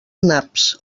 naps